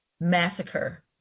massacre